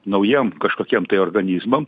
naujiem kažkokiem tai organizmam